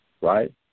right